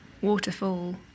waterfall